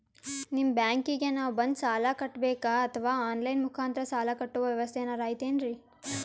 ನಿಮ್ಮ ಬ್ಯಾಂಕಿಗೆ ನಾವ ಬಂದು ಸಾಲ ಕಟ್ಟಬೇಕಾ ಅಥವಾ ಆನ್ ಲೈನ್ ಮುಖಾಂತರ ಸಾಲ ಕಟ್ಟುವ ವ್ಯೆವಸ್ಥೆ ಏನಾರ ಐತೇನ್ರಿ?